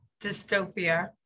dystopia